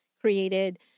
created